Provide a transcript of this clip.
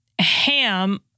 Ham